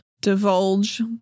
divulge